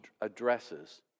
addresses